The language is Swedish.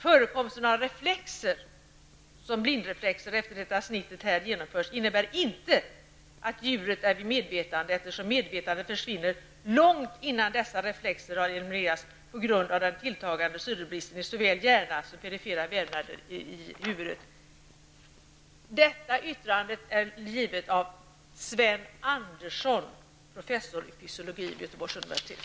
Förekomst av reflexer såsom blinkreflexen efter det att snittet har genomförts innebär inte att djuret är vid medvetande eftersom medvetandet försvinner långt innan dessa reflexer har eliminerats på grund av den tilltagande syrebristen i såväl hjärna som perifera vävnader i huvudet.'' Detta yttrande är avgivet av Sven Andersson, professor i fysiologi vid Göteborgs universitet.